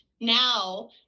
now